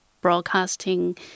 broadcasting